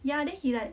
ya then he like